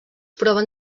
proven